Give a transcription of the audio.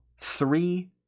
three